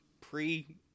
pre